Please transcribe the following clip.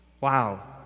Wow